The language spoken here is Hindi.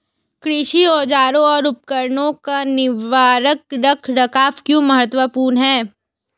कृषि औजारों और उपकरणों का निवारक रख रखाव क्यों महत्वपूर्ण है?